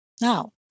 Now